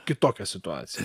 kitokią situaciją